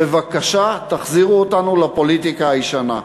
בבקשה תחזירו אותנו לפוליטיקה הישנה.